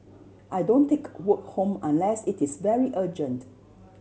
I don't take work home unless it is very urgent